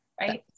Right